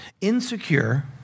insecure